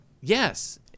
Yes